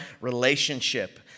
relationship